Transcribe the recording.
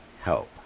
help